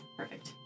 perfect